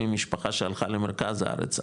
ממשפחה שהלכה למרכז הארץ,